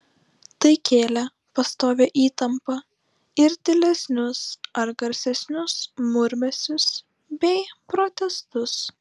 tai kėlė pastovią įtampą ir tylesnius ar garsesnius murmesius bei protestus